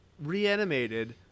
reanimated